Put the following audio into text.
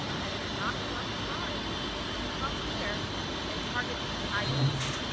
that is not enough time to come here and target these items,